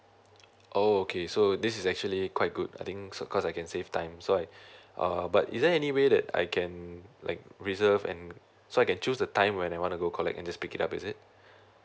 oh okay so this is actually quite good I think so cause I can save time side uh but is there any way that I can like reserve and so I can choose the time when I wanna go collect and just pick it up is it